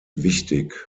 wichtig